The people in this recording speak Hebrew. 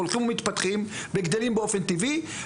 והולכים ומתפתחים וגדלים באופן טבעי,